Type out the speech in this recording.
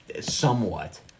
somewhat